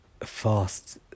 fast